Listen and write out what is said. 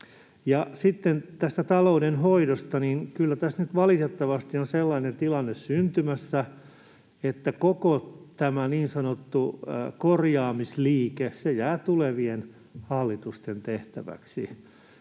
Sitten tästä talouden hoidosta: Kyllä tässä nyt valitettavasti on sellainen tilanne syntymässä, että koko tämä niin sanottu korjaamisliike jää tulevien hallitusten tehtäväksi,